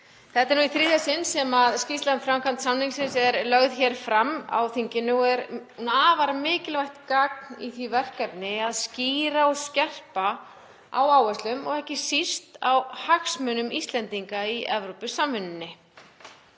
Þetta er í þriðja sinn sem skýrsla um framkvæmd samningsins er lögð hér fram á þinginu og er afar mikilvægt gagn í því verkefni að skýra og skerpa á áherslum og ekki síst á hagsmunum Íslendinga í Evrópusamvinnunni.